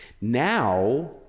Now